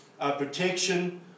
protection